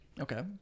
Okay